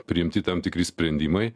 priimti tam tikri sprendimai